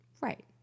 Right